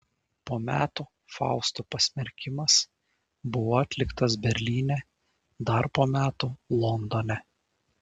po metų fausto pasmerkimas buvo atliktas berlyne dar po metų londone